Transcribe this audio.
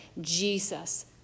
Jesus